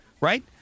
Right